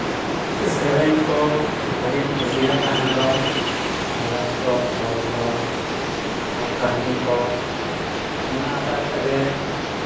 ᱠᱤᱪᱷᱩ ᱥᱮᱨᱮᱧ ᱠᱚ ᱟᱹᱰᱤᱧ ᱠᱩᱥᱤᱭᱟᱜ ᱛᱟᱦᱮᱸ ᱫᱚ ᱥᱮᱨᱮᱧ ᱠᱚ ᱚᱞ ᱠᱚ ᱟᱨ ᱠᱟᱹᱦᱱᱤ ᱠᱚ ᱚᱱᱟ ᱦᱚᱛᱮᱡ ᱛᱮᱜᱮ